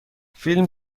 فیلم